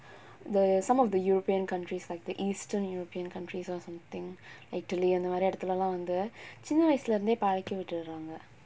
the some of the european countries like the eastern european countries or something like அந்தமாரி இடத்துல எல்லாம் வந்து சின்ன வயசுல இருந்தே பலக்கி விட்டுருறாங்க:anthamaari idathula ellam vanthu chinna vayasula irunthae palakki viturukkaanga